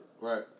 Right